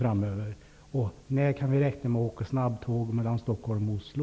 Till slut: När kan vi räkna med att kunna åka med snabbtåg mellan Stockholm och Oslo?